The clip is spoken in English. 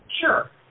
Sure